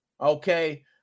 Okay